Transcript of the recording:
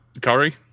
Curry